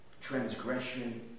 Transgression